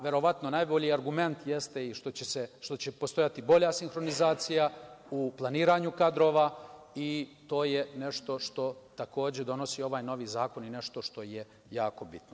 Verovatno najbolji argument jeste i što će postojati bolja sinhronizacija u planiranju kadrova i to je nešto što takođe donosi ovaj novi zakon i nešto je jako bitno.